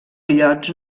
illots